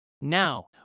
Now